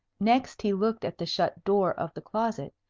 next he looked at the shut door of the closet,